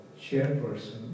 chairperson